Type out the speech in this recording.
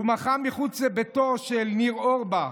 הוא מחה מחוץ לביתו של ניר אורבך,